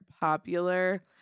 popular